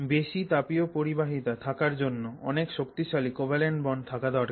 বেশি তাপীয় পরিবাহিতা থাকার জন্য অনেক শক্তিশালী কোভ্যালেন্ট বন্ড থাকা দরকার